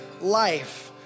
life